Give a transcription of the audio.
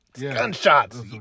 Gunshots